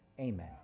Amen